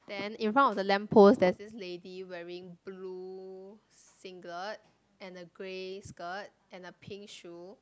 then in front of the lamp post there's this lady wearing blue singlet and a grey skirt and a pink shoe